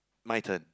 my turn